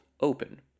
open